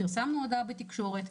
פרסמנו הודעה בתקשורת,